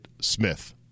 smith